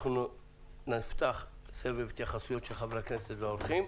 נפתח בסבב התייחסויות של חברי הכנסת והאורחים.